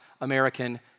American